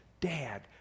dad